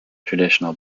traditional